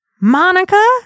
Monica